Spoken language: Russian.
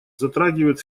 затрагивают